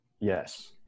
Yes